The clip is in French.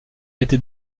été